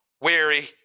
weary